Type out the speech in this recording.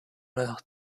leurs